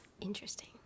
Interesting